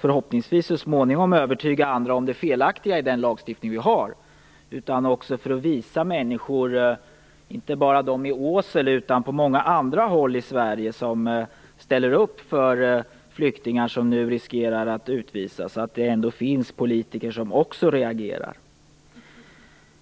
Förhoppningsvis kan även andra övertygas om det felaktiga i lagstiftningen. Vi kan också visa människor som ställer upp för flyktingar som nu riskerar att utvisas, inte bara i Åsele utan även på många andra håll i Sverige, att det ändå finns politiker som också reagerar.